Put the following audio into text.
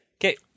Okay